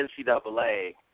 NCAA